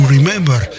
Remember